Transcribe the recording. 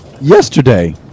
yesterday